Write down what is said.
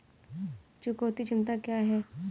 चुकौती क्षमता क्या है?